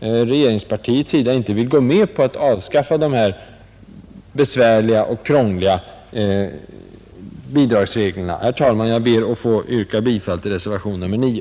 regeringspartiet inte vill gå med på att avskaffa de här besvärliga och krångliga bidragsreglerna. Herr talman! Jag ber att få yrka bifall till reservation nr 9.